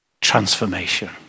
transformation